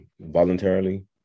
voluntarily